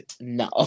no